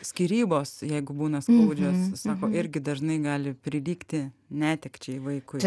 skyrybos jeigu būna skaudžios sako irgi dažnai gali prilygti netekčiai vaikui